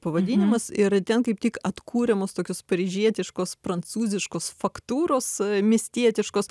pavadinimas ir ten kaip tik atkuriamos tokios paryžietiškos prancūziškos faktūros miestietiškos